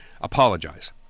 apologize